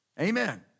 Amen